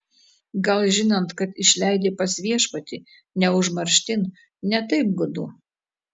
gal žinant kad išleidi pas viešpatį ne užmarštin ne taip gūdu